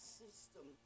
system